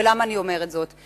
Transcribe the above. ולמה אני אומרת זאת?